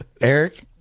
Eric